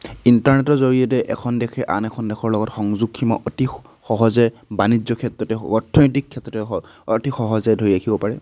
ইন্টাৰনেটৰ জৰিয়তে এখন দেশে আন এখন দেশৰ লগত সংযোগ সীমা অতি সহজে বাণিজ্য ক্ষেত্ৰতে হওক অৰ্থনৈতিক ক্ষেত্ৰতে হওক অতি সহজে ধৰি ৰাখিব পাৰে